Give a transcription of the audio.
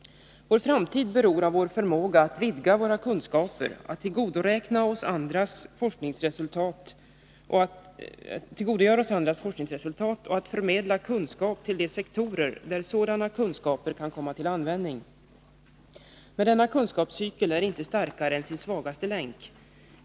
Vår framtid beror av vår förmåga att vidga våra kunskaper, att tillgodogöra oss andras forskningsresultat och att förmedla kunskap till de sektorer där sådana kunskaper kan komma till användning. Men denna kunskapscykel är inte starkare än sin svagaste länk.